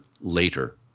later